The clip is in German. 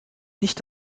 nicht